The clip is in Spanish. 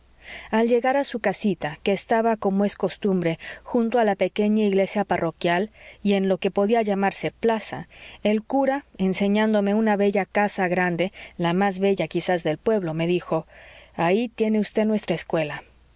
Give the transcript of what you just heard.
al llegar a su casita que estaba como es costumbre junto a la pequeña iglesia parroquial y en lo que podía llamarse plaza el cura enseñándome una bella casa grande la más bella quizás del pueblo me dijo ahí tiene vd nuestra escuela